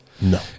No